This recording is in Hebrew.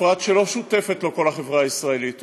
בפרט שלא כל החברה הישראלית שותפה לו.